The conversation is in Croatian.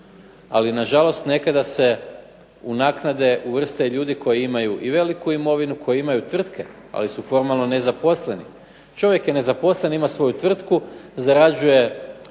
ali nažalost nekada se u naknade uvrste i ljudi koji imaju i veliku imovinu, koji imaju tvrtke, ali su formalno nezaposleni. Čovjek je nezaposlen, ima svoju tvrtku, zarađuje